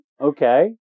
Okay